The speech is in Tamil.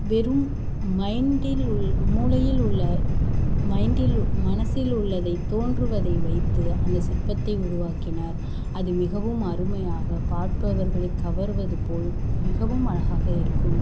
வெறும் மைண்டில் உள் மூளையில் உள்ள மைண்டில் மனசில் உள்ளதை தோன்றுவதை வைத்து அந்த சிற்பத்தை உருவாக்கினார் அது மிகவும் அருமையாக பார்ப்பவர்களை கவருவது போல் மிகவும் அழகாக இருக்கும்